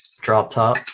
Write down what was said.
drop-top